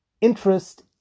interest